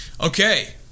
okay